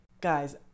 Guys